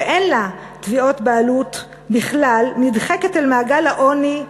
שאין לה תביעות בעלות בכלל, נדחקת אל מעגל העוני,